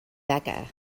becca